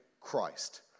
Christ